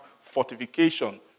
fortification